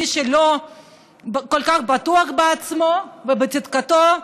מי שכל כך בטוח בעצמו ובצדקתו,